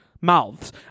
mouths